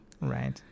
right